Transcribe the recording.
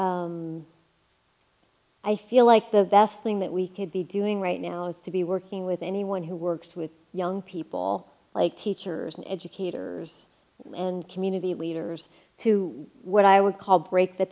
like i feel like the best thing that we could be doing right now is to be working with anyone who works with young people like teachers and educators and community leaders to what i would call break the